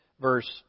verse